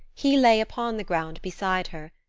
he lay upon the ground beside her,